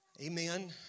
Amen